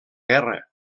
guerra